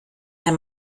der